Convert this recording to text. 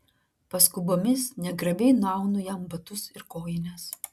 paskubomis negrabiai nuaunu jam batus ir kojines